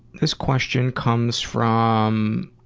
this question comes from,